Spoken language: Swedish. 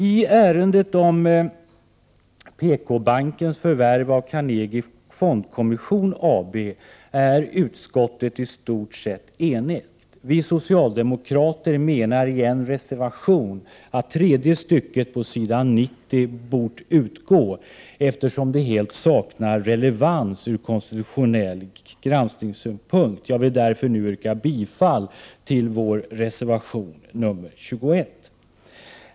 I ärendet om PKbankens förvärv av Carnegie Fondkommission AB är utskottet i stort sett enigt. Vi socialdemokrater menar i en reservation att tredje stycket på s. 90 bort utgå, eftersom det helt saknar relevans ur konstitutionell granskningssynpunkt. Jag vill därför nu yrka bifall till vår reservation 21.